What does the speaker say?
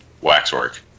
waxwork